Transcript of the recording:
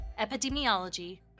Epidemiology